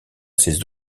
ses